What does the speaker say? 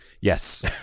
Yes